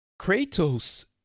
Kratos